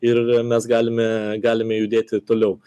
ir mes galime galime judėti toliau